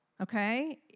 okay